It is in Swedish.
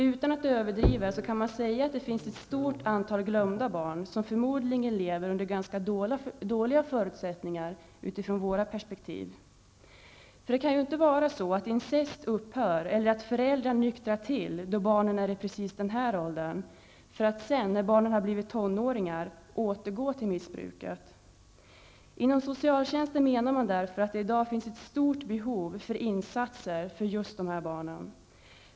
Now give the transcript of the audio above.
Utan att överdriva kan man säga att det finns ett stort antal glömda barn som förmodligen lever under ganska dåliga förhållanden utifrån våra perspektiv. Incest upphör inte och föräldrar nykrar inte till då barnen är i precis den här åldern, för att sedan när barnen har blivit tonåringar återgå till missbruket. Inom socialtjänsten menar man därför att det i dag finns ett stort behov av insatser för just de här barnen.